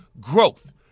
growth